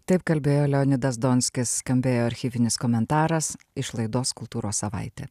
taip kalbėjo leonidas donskis skambėjo archyvinis komentaras iš laidos kultūros savaitė